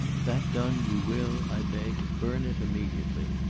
that done, you will, i beg, burn it immediately.